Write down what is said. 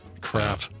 crap